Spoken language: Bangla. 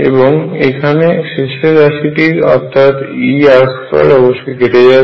এবং এখানে শেষের রাশিটি অর্থাৎ E r2 অবশ্যই কেটে যাবে